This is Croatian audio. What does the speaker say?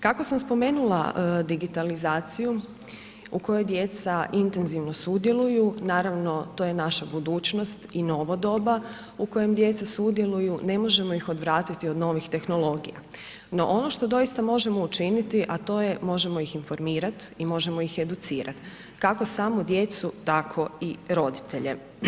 Kako sam spomenula digitalizaciju u kojoj djeca intenzivno sudjeluju, naravno to je naša budućnost i novo doba u kojem djeca sudjeluju, ne možemo ih odvratiti od novih tehnologija no ono što doista možemo učiniti a to je možemo ih informirat i možemo ih educirat kako samu djecu tako i roditelje.